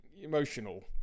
emotional